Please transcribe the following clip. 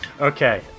Okay